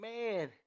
man